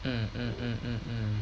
mm mm mm mm mm